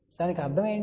దానికి అర్ధం ఏమిటి